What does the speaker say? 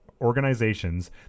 organizations